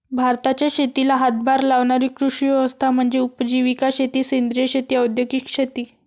भारताच्या शेतीला हातभार लावणारी कृषी व्यवस्था म्हणजे उपजीविका शेती सेंद्रिय शेती औद्योगिक शेती